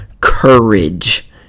courage